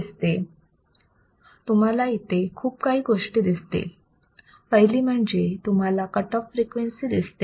तुम्हाला इथे खूप काही गोष्टी दिसतील पहिली म्हणजे तुम्हाला कट ऑफ फ्रिक्वेन्सी दिसते